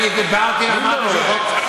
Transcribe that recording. אני דיברתי על משהו בחוק,